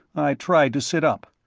i tried to sit up.